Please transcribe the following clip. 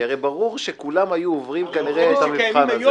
כי הרי ברור שכולם היו עוברים כנראה את המבחן הזה.